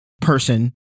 person